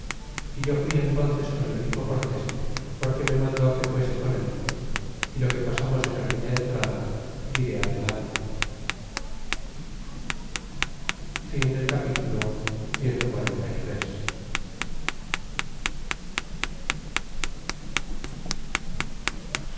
ó yo fui entnces con el mismo cortes porque me mandó que fuese con el y lo que pasamos en aquella entrada diré adelante capitulo cxliv